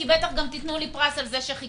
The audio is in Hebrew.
כי בטח גם תתנו לי פרס על זה שחיכיתי.